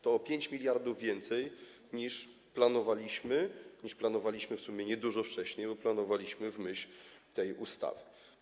To o 5 mld więcej niż planowaliśmy, niż planowaliśmy w sumie niedużo wcześniej, bo planowaliśmy w myśl tej ustawy.